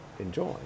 enjoy